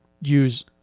use